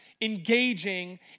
engaging